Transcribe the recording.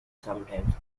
sometimes